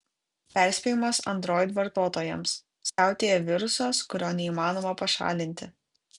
perspėjimas android vartotojams siautėja virusas kurio neįmanoma pašalinti